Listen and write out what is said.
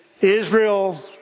Israel